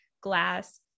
glass